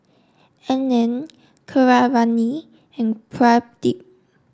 Anand Keeravani and Pradip